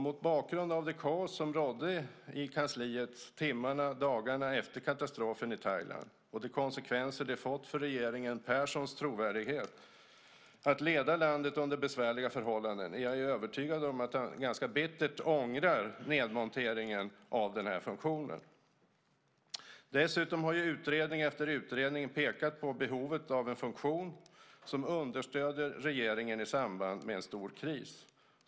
Mot bakgrund av det kaos som rådde i kansliet timmarna och dagarna efter katastrofen i Thailand och de konsekvenser som det har fått för regeringen Perssons trovärdighet när det gäller att leda landet under besvärliga förhållanden är jag övertygad om att han ganska bittert ångrar nedmonteringen av den funktionen. Dessutom har utredning efter utredning pekat på behovet av en funktion som understöder regeringen i samband med en stor kris.